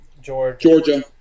Georgia